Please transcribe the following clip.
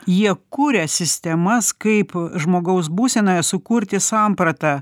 jie kuria sistemas kaip žmogaus būsenoje sukurti sampratą